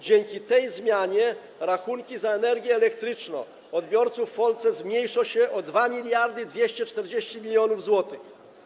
Dzięki tej zmianie rachunki za energię elektryczną odbiorców w Polsce zmniejszą się o 2240 mln zł.